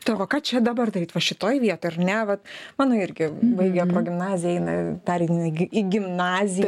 taip o ką čia dabar daryt va šitoj vietoj ar ne vat mano irgi baigia progimnaziją eina pereina į gimnaziją